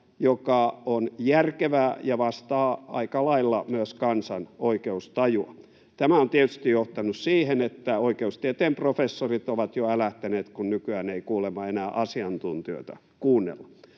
joka on järkevää ja vastaa aika lailla myös kansan oikeustajua. Tämä on tietysti johtanut siihen, että oikeustieteen professorit ovat jo älähtäneet, kun nykyään ei kuulemma enää asiantuntijoita kuunnella.